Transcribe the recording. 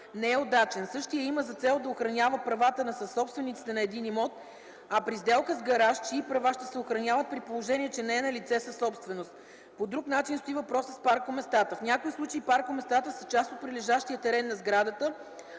не е удачен. Същият има за цел да охранява правата на съсобствениците на един имот, а при сделка с гараж, чии права ще се охраняват при положение, че не е налице съсобственост? По друг начин стои въпросът с паркоместата. В някои случаи паркоместата са част от прилежащия терен на сградата,